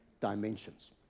dimensions